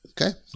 Okay